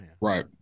Right